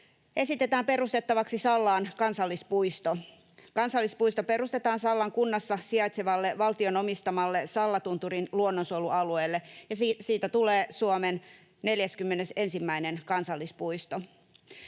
esitetään perustettavaksi Sallaan kansallispuisto. Kansallispuisto perustetaan Sallan kunnassa sijaitsevalle, valtion omistamalle Sallatunturin luonnonsuojelualueelle, ja siitä tulee Suomen 41. kansallispuisto.